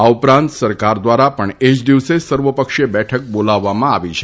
આ ઉપરાંત સરકાર દ્વારા પણ એ જ દિવસે સર્વપક્ષીય બેઠક બોલાવવામાં આવી છે